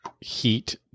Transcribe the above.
heat